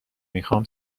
میخوام